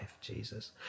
Jesus